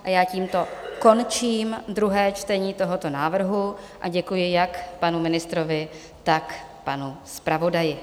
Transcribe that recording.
A já tímto končím druhé čtení tohoto návrhu, děkuji jak panu ministrovi, tak panu zpravodaji.